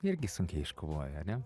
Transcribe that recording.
irgi sunkiai iškovojo ane